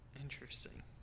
Interesting